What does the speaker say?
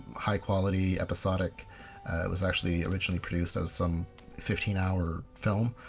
high quality, episodic. it was actually ah actually produced as some fifteen hour film.